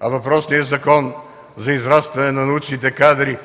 Въпросният Закон за израстване на научните кадри